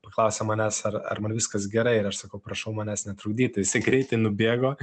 paklausė manęs ar ar man viskas gerai ir aš sakau prašau manęs netrukdyti greitai nubėgo